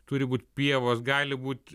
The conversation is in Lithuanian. turi būt pievos gali būt